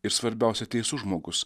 ir svarbiausia teisus žmogus